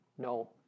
No